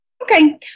Okay